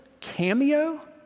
cameo